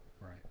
Right